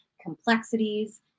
complexities